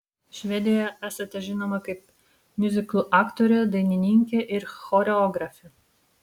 švedijoje esate žinoma kaip miuziklų aktorė dainininkė ir choreografė